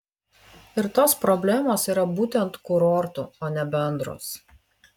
ir tos problemos yra būtent kurortų o ne bendros